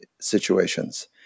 Situations